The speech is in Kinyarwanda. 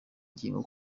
ngingo